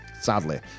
Sadly